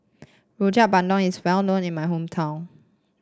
Rojak Bandung is well known in my hometown